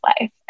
life